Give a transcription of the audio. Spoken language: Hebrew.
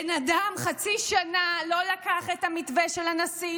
בן אדם חצי שנה לא לקח את המתווה של הנשיא,